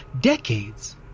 decades